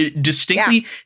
distinctly